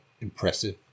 impressive